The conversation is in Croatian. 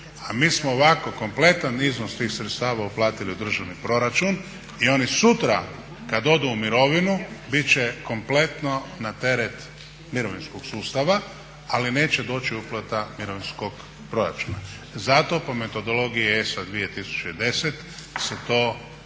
A mi smo ovako kompletan iznos tih sredstava uplatili u državni proračun i oni sutra kada odu u mirovinu bit će kompletno na teret mirovinskog sustava, ali neće doći uplata mirovinskog proračuna. Zato po metodologiji ESA 2010 se to ne